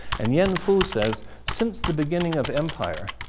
and yeah and fu says, since the beginning of empire,